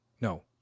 No